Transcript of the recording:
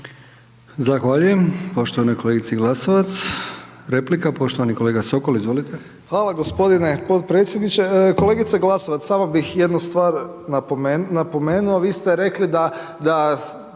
Zahvaljujem poštovanoj kolegici Glasovac. Replika poštovani kolega Sokol, izvolite. **Sokol, Tomislav (HDZ)** Hvala gospodine potpredsjedniče. Kolegice Glasovac, samo bih jednu stvar napomenuo. Vi ste rekli da